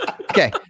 Okay